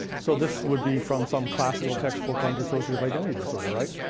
so this would be from some classical textbook on dissociative identity disorder, right?